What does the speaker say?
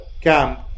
camp